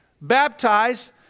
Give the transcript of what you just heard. baptized